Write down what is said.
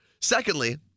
Secondly